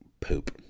poop